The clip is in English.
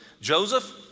Joseph